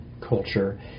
culture